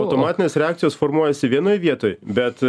automatinės reakcijos formuojasi vienoj vietoj bet